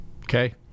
Okay